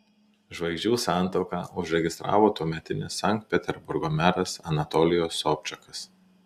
žvaigždžių santuoką užregistravo tuometinis sankt peterburgo meras anatolijus sobčakas